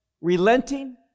relenting